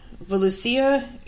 Valencia